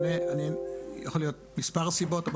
יכולות להיות מספר סיבות,